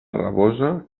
rabosa